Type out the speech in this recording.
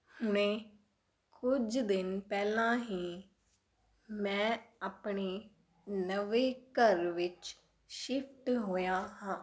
ਮੈਂ ਕੁਝ ਦਿਨ ਪਹਿਲਾਂ ਹੀ ਮੈਂ ਆਪਣੇ ਨਵੇਂ ਘਰ ਵਿੱਚ ਸ਼ਿਫਟ ਹੋਇਆ ਹਾਂ